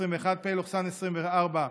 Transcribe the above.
2022 פ/2783/24,